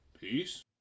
Peace